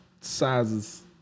sizes